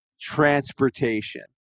transportation